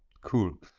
cool